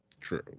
True